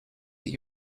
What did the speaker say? that